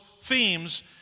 themes